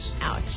Ouch